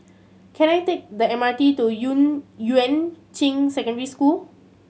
can I take the M R T to Yuan Ching Secondary School